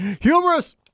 humorous